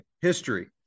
history